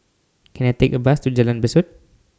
Can I Take A Bus to Jalan Besut